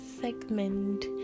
segment